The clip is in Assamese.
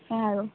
সেয়া আৰু